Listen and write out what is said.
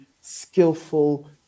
skillful